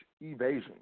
evasion